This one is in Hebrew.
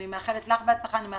אני מאחלת לך בהצלחה.